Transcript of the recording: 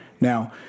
Now